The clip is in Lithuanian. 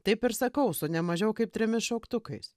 taip ir sakau su ne mažiau kaip trimis šauktukais